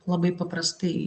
labai paprastai